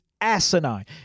asinine